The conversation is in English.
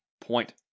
point